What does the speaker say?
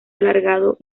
alargado